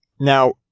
Now